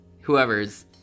whoever's